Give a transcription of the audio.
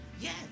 Yes